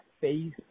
face